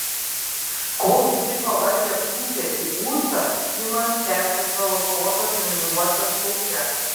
kol kiti pavargę pūtė į ūsą kimas tęsė savo sporto treniruotes lauke